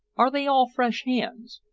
are they all fresh hands?